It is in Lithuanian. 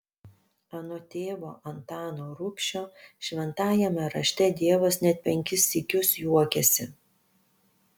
anot tėvo antano rubšio šventajame rašte dievas net penkis sykius juokiasi